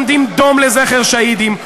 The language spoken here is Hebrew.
או עומדים דום לזכר שהידים,